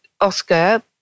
Oscar